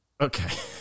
Okay